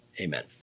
Amen